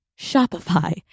Shopify